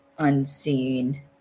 Unseen